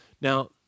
Now